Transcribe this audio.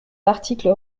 l’article